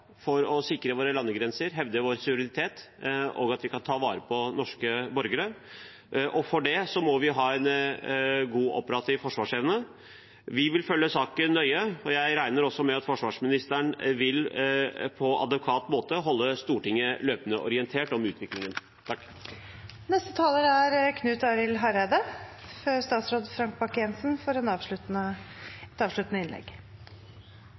for å sikre våre landegrenser og hevde vår suverenitet, og for at vi skal kunne ta vare på norske borgere. For å kunne gjøre det må vi ha en god operativ forsvarsevne. Vi vil følge saken nøye, og jeg regner med at forsvarsministeren på adekvat måte vil holde Stortinget løpende orientert om utviklingen. Eg vil òg starte med å gi ein takk til forsvarsministeren for